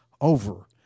over